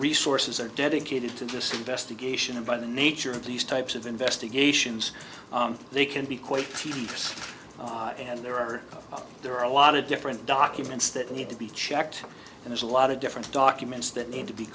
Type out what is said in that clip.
resources are dedicated to just investigation and by the nature these types of investigations they can be quite dangerous and there are there are a lot of different documents that need to be checked and there's a lot of different documents that need to be